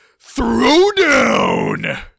throwdown